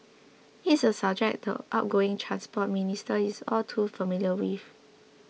it is a subject the outgoing Transport Minister is all too familiar with